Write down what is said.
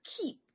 keep